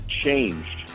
changed